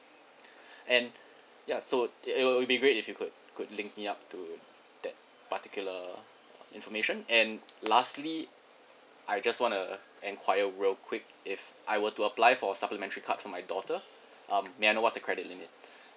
and ya so it'll~ will be great if you could could link me up to that particular uh information and lastly I just want to enquiry real quick if I were to apply for supplementary card for my daughter um may I know what's the credit limit